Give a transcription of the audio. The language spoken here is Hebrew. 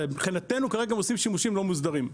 מבחינתנו כרגע הם עושים שימושים לא מוסדרים.